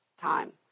time